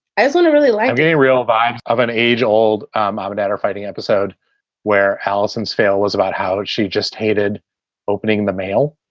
isn't it really like a real vibe of an age old um um dad or fighting episode where alison's fail was about how she just hated opening the mail?